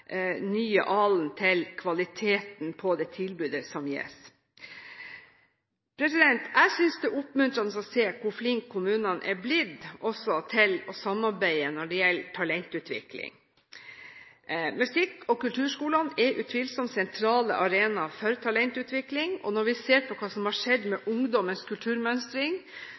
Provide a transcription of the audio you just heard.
nye alen til kvaliteten på det tilbudet som gis. Jeg synes det er oppmuntrende å se hvor flinke kommunene er blitt også til å samarbeide når det gjelder talentutvikling. Musikk- og kulturskolene er utvilsomt sentrale arenaer for talentutvikling, og når vi ser på hva som har skjedd med Ungdommens kulturmønstring,